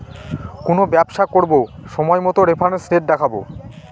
কোনো ব্যবসা করবো সময় মতো রেফারেন্স রেট দেখাবো